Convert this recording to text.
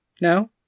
No